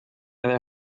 other